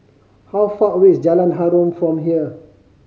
how far away is Jalan Harum from here